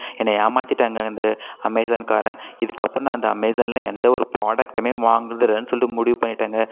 என்னை ஏமாற்றிட்டாங்க இந்த அமேசான்காரன் இதுக்கப்புறம் நான் அந்த அமேசானில் எந்த ஒரு ப்ரோடக்ட்டுமே வாங்க கூடாதுனு சொல்லிட்டு முடிவு பண்ணிட்டேங்கள்